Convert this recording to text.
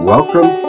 Welcome